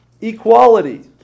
Equality